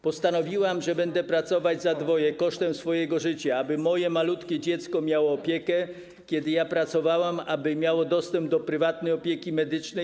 Postanowiłam, że będę pracować za dwoje kosztem swojego życia, aby moje malutkie dziecko miało opiekę, kiedy ja pracowałam, aby miało dostęp do prywatnej opieki medycznej.